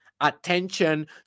attention